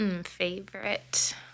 Favorite